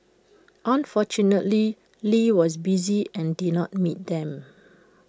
unfortunately lee was busy and did not meet them